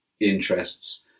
interests